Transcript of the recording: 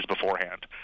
beforehand